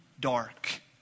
dark